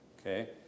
Okay